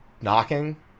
knocking